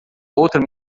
outro